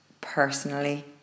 personally